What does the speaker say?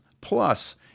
Plus